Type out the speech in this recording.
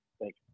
Thank